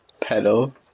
pedal